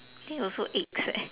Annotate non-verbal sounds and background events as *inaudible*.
think also eggs leh *laughs*